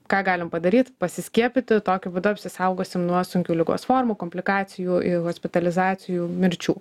ką galim padaryt pasiskiepyti tokiu būdu apsisaugosim nuo sunkių ligos formų komplikacijų ir hospitalizacijų mirčių